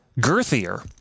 girthier